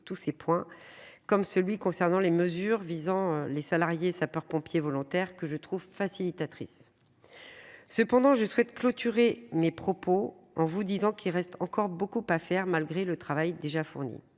tous ces points, comme celui concernant les mesures visant les salariés sapeur-pompier volontaire que je trouve facilitatrice. Cependant je souhaite clôturer mes propos en vous disant qu'il reste encore beaucoup à faire. Malgré le travail déjà fourni.